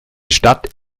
stadt